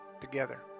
together